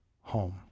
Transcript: home